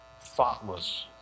thoughtless